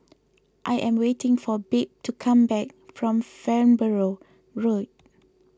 I am waiting for Babe to come back from Farnborough Road